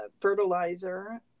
fertilizer